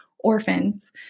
orphans